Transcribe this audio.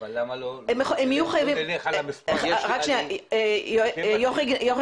הם יהיו חייבים --- אבל למה לא נלך על המספר --- יוכי גנסין,